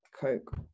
coke